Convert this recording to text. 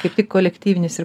kaip tik kolektyvinis ir